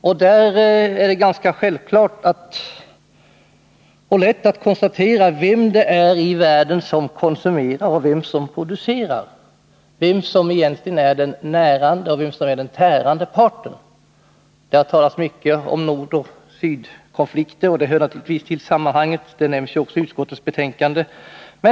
Det är ganska lätt att konstatera vem det är i världen som konsumerar och vem som producerar, vem som egentligen är den närande och vem som är den tärande parten. Det har talats mycket om nordoch sydkonflikter — det hör naturligtvis till sammanhanget och nämns också i utskottets betänkande.